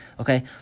Okay